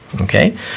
Okay